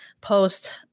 post